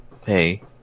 Hey